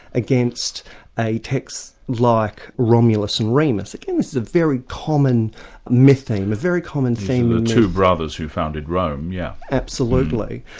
against a text like romulus and remus, again this is a very common mything, a very common theme. the two brothers who founded rome, yes. yeah absolutely.